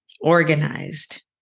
organized